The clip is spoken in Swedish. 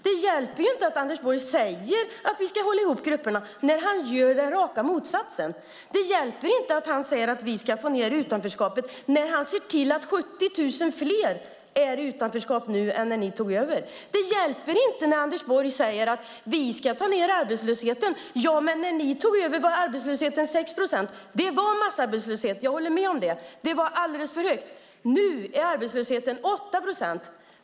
Det hjälper inte att Anders Borg säger att vi ska hålla ihop grupperna när det han gör är raka motsatsen. Det hjälper inte att han säger att vi ska minska utanförskapet när han ser till att 70 000 fler är i utanförskap nu än när ni tog över. Det hjälper inte att Anders Borg säger att vi ska ta ned arbetslösheten. När ni tog över var arbetslösheten 6 procent. Det var massarbetslöshet, jag håller med om det. Arbetslösheten var alldeles för hög. Nu är arbetslösheten 8 procent.